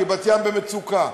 כי בת-ים במצוקה.